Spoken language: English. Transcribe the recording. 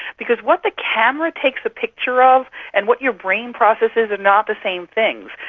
because what the camera takes a picture of and what your brain processes are not the same things,